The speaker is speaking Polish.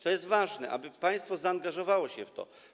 To jest ważne, aby państwo zaangażowało się w to.